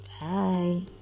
Bye